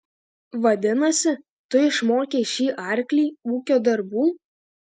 vadinasi tu išmokei šį arklį ūkio darbų